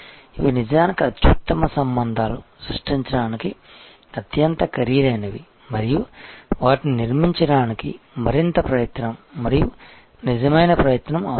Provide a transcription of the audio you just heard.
ఇవి నిజానికి అత్యుత్తమ సంబంధాలు సృష్టించడానికి అత్యంత ఖరీదైనవి మరియు వాటిని నిర్మించడానికి మరింత ప్రయత్నం మరియు నిజమైన ప్రయత్నం అవసరం